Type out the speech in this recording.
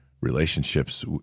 relationships